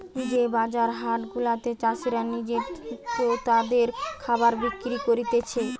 যে বাজার হাট গুলাতে চাষীরা নিজে ক্রেতাদের খাবার বিক্রি করতিছে